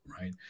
right